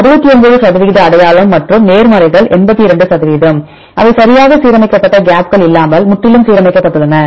69 சதவிகித அடையாளம் மற்றும் நேர்மறைகள் 82 சதவிகிதம் அவை சரியாக சீரமைக்கப்பட்ட கேப்கள் இல்லாமல் முற்றிலும் சீரமைக்கப்பட்டுள்ளன